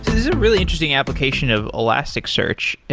is a really interesting application of elasticsearch.